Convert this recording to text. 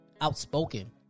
outspoken